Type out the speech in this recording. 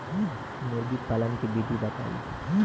मुर्गी पालन के विधि बताई?